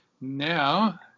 now